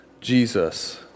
Jesus